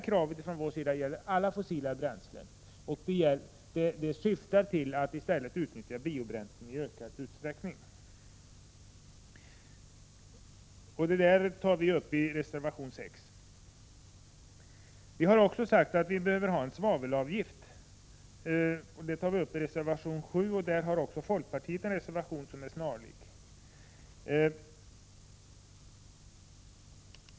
Kravet från vår sida gäller alla fossila bränslen och syftar till en användning av biobränslen i ökad utsträckning. Detta tar vi upp i reservation 6. I reservation 7 säger vi att en svavelavgift bör övervägas. Folkpartiet har också en snarlik reservation.